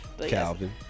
Calvin